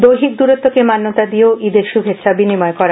দৈহিক দূরত্বকে মান্যতা দিয়েও ঈদের শুভেচ্ছা বিনিময় করা হয়